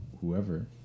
whoever